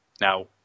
Now